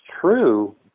true